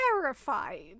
terrified